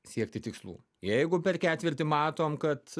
siekti tikslų jeigu per ketvirtį matom kad